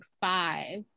five